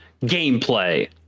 gameplay